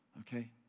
Okay